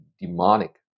demonic